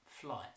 flight